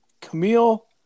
Camille